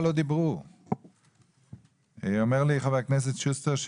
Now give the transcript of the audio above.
אומר לי חבר הכנסת שוסטר,